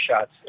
shots